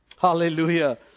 Hallelujah